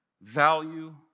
value